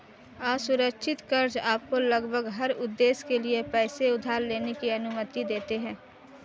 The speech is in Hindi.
असुरक्षित कर्ज़ आपको लगभग हर उद्देश्य के लिए पैसे उधार लेने की अनुमति देते हैं